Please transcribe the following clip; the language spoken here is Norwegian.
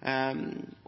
med et mindretall i denne salen, velger å